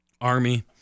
army